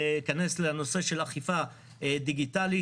להיכנס לנושא של אכיפה דיגיטלית.